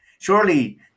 Surely